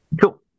Cool